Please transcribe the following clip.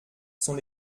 sont